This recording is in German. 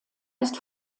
ist